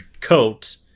coat